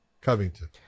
Covington